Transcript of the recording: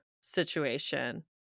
situation